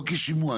לא כשימוע,